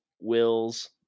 Wills